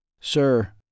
Sir